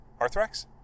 Arthrex